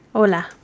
Hola